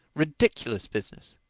ridiculous business!